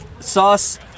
Sauce